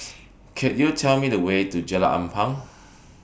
Could YOU Tell Me The Way to Jalan Ampang